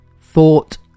Thought